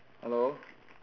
hello